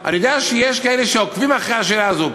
אני יודע שיש כאלה שעוקבים אחרי השאלה הזאת.